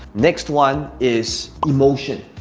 next one is emotion.